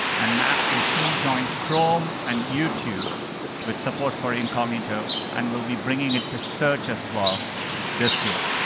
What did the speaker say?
and maps will soon join chrome and youtube with support for incognito. and we'll be bringing it to search as well this year.